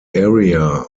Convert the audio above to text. area